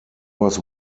was